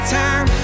time